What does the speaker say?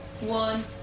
one